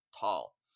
tall